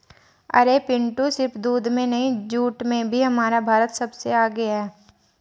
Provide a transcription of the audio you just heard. अरे पिंटू सिर्फ दूध में नहीं जूट में भी हमारा भारत सबसे आगे हैं